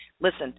listen